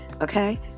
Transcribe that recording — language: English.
okay